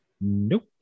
Nope